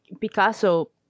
picasso